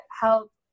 help